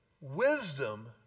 wisdom